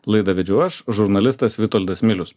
laidą vedžiau aš žurnalistas vitoldas milius